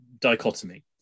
dichotomy